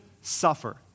suffer